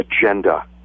agenda